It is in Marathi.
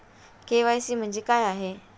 के.वाय.सी म्हणजे काय आहे?